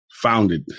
founded